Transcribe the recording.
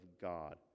God